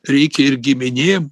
reikia ir giminėm